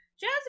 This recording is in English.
Jazz